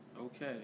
Okay